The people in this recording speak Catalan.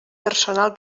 personal